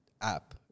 app